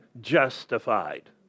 justified